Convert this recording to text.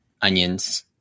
onions